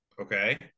Okay